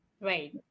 Right